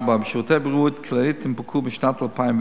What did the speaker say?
ב"שירותי בריאות כללית" הונפקו בשנת 2010